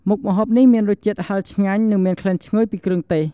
មុខម្ហូបនេះមានរសជាតិហិរឆ្ងាញ់ និងមានក្លិនឈ្ងុយពីគ្រឿងទេស។